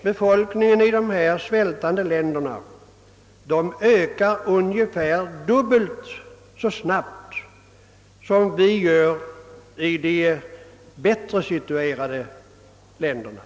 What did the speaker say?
Befolkningen i de svältande länderna ökar ungefär dubbelt så snabbt som befolkningen i de bättre situerade länderna.